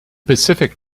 pacific